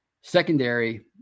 secondary